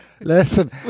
Listen